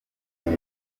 nabo